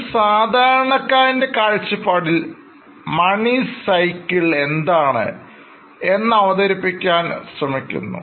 ഒരു സാധാരണക്കാരൻറെ കാഴ്ചപ്പാടിൽ മണി സൈക്കിൾ എന്താണ് എന്ന് അവതരിപ്പിക്കാൻ ശ്രമിക്കുന്നു